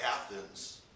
Athens